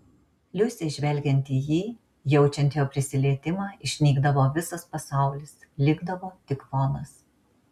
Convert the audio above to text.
liusei žvelgiant į jį jaučiant jo prisilietimą išnykdavo visas pasaulis likdavo tik fonas